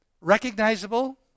recognizable